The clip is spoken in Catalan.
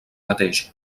mateix